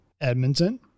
Edmonton